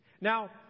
Now